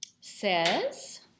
says